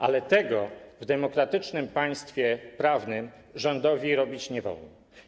Ale tego w demokratycznym państwie prawnym rządowi robić nie wolno.